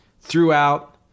throughout